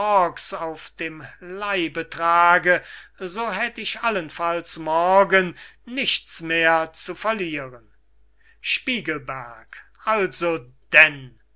auf dem leibe trage so hätt ich allenfalls morgen nichts mehr zu verlieren spiegelberg also denn